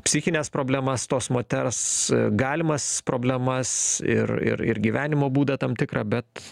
psichines problemas tos moters galimas problemas ir ir ir gyvenimo būdą tam tikrą bet